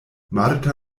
marta